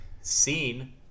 seen